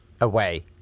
away